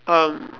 um